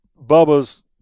bubba's